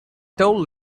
told